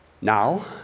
Now